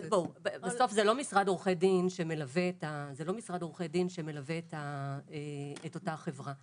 אבל בואו - בסוף זה לא משרד עורכי דין שמלווה את אותה חברה.